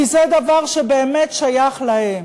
כי זה דבר שבאמת שייך להם.